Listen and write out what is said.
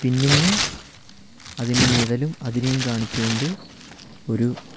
പിന്നെന്ന് അതിൻ്റെ നിഴലും അതിനെയും കാണിച്ചു കൊണ്ട് ഒരു